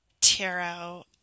tarot